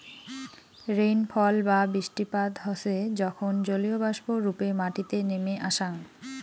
rainfall বা বৃষ্টিপাত হসে যখন জলীয়বাষ্প রূপে মাটিতে নেমে আসাং